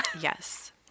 Yes